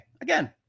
Again